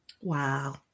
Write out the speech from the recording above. Wow